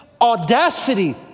audacity